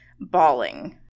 bawling